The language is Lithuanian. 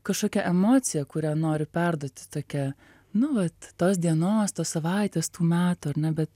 kažkokia emocija kurią nori perduoti tokia nu vat tos dienos tos savaitės tų metų ar ne bet